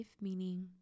meaning